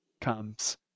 comes